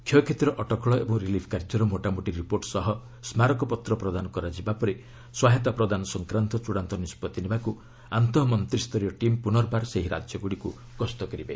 କ୍ଷୟକ୍ଷତିର ଅଟକଳ ଏବଂ ରିଲିଫ୍ କାର୍ଯ୍ୟର ମୋଟାମୋଟି ରିପୋର୍ଟ୍ ସହ ସ୍କାରକପତ୍ର ପ୍ରଦାନ କରାଯିବା ପରେ ସହାୟତା ପ୍ରଦାନ ସଂକ୍ରାନ୍ତ ଚ୍ଚଡ଼ାନ୍ତ ନିଷ୍କଭି ନେବାକୁ ଆନ୍ତଃ ମନ୍ତ୍ରୀ ସ୍ତରୀୟ ଟିମ୍ ପୁନର୍ବାର ସେହି ରାଜ୍ୟଗୁଡ଼ିକ ଗସ୍ତ କରିବେ